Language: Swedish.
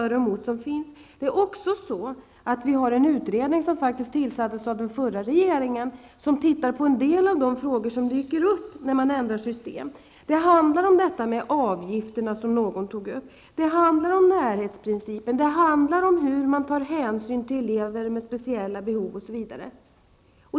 Det finns också en utredning -- faktiskt tillsatt av den förra regeringen -- som ser på en del av de frågor som dyker upp när man ändrar system. Det handlar om avgifterna, som någon tog upp, om närhetsprincipen, om hur man tar hänsyn till elever med speciella behov osv.